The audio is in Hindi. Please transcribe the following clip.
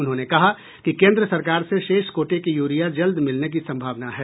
उन्होंने कहा कि केन्द्र सरकार से शेष कोटे की यूरिया जल्द मिलने की सम्भावना है